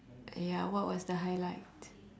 ya what was the highlight